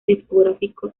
discográfico